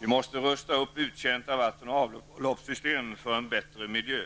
Vi måste rusta upp uttjänta vatten och avloppssystem för en bättre miljö.